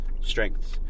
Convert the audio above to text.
strengths